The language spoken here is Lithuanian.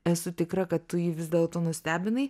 esu tikra kad tu jį vis dėlto nustebinai